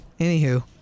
anywho